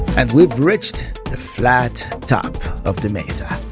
and we've reached the flat top of the mesa.